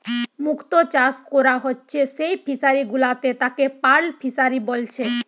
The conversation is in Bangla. মুক্ত চাষ কোরা হচ্ছে যেই ফিশারি গুলাতে তাকে পার্ল ফিসারী বলছে